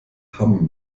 hamm